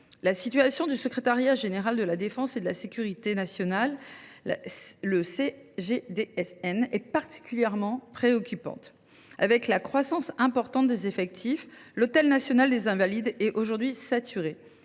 La situation du secrétariat général de la défense et de la sécurité nationale (SGDSN) est particulièrement préoccupante. Avec la croissance importante des effectifs, l’hôtel national des Invalides est aujourd’hui saturé